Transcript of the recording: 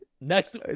Next